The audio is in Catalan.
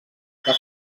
que